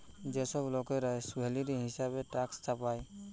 যে সব লোকরা স্ল্যাভেরি হিসেবে ট্যাক্স চাপায়